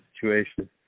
situation